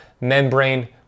membrane